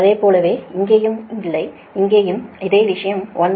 அதுபோலவே இங்கேயும் இல்லை இங்கேயும் இதே விஷயம் Y12